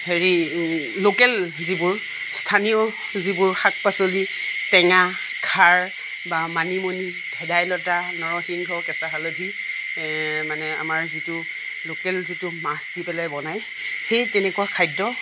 হেৰি লোকেল যিবোৰ স্থানীয় যিবোৰ শাক পাচলি টেঙা খাৰ বা মানিমুনি ভেদাইলতা নৰসিংহ কেঁচা হালধি মানে আমাৰ যিটো লোকেল যিটো মাছ দি পেলাই বনায় সেই তেনেকুৱা খাদ্য